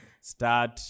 start